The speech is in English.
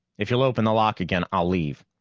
if you'll open the lock again, i'll leave.